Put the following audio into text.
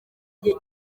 gihe